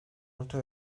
orta